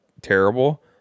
terrible